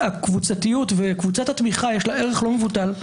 קבוצת התמיכה יש לה ערך לא מבוטל.